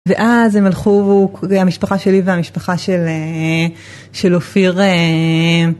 ואז הם הלכו והמשפחה שלי והמשפחה של אופיר.